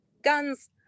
guns